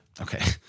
Okay